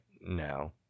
no